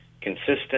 consistent